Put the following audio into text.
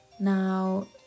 Now